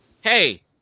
hey